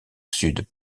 sud